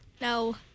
No